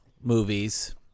movies